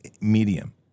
medium